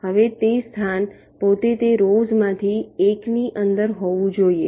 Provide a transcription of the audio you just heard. હવે તે સ્થાન પોતે તે રોવ્સ માંથી એકની અંદર હોવું જોઈએ